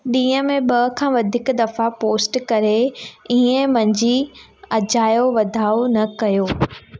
ॾींहं में ॿ खां वधीक दफ़ा पोस्ट करे इहें मंझि अॼायो वधाउ न कयो